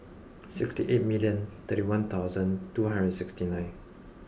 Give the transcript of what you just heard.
sixty eight million thirty one thousand two hundred and sixty nine